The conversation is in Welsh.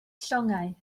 llongau